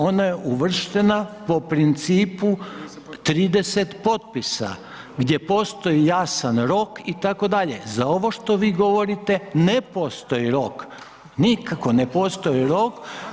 Ona je uvrštena po principu 30 potpisa gdje postoji jasan rok itd., za ovo što vi govorite ne postoji rok, nikako ne postoji rok.